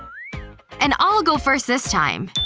and i'll go first this time.